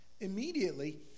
immediately